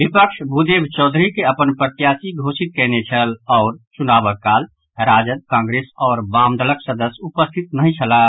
विपक्ष भूदेव चौधरी के अपन प्रत्याशी घोषित कयने छल आओर चुनावक काल राजद कांग्रेस आ वामदलक सदस्य उपस्थित नहि छलाह